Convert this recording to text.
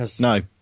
No